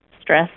stress